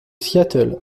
seattle